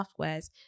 softwares